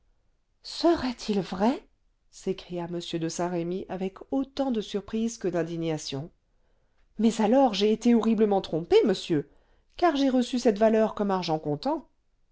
serait-il vrai s'écria m de saint-remy avec autant de surprise que d'indignation mais alors j'ai été horriblement trompé monsieur car j'ai reçu cette valeur comme argent comptant